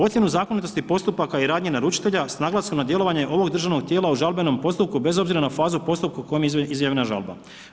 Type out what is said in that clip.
Ocjenu zakonitosti postupaka i radnje naručitelja, s naglaskom na djelovanje ovog državnog tijela u žalbenom postupku bez obzira na fazu postupka u kojem je izjavljena žalba.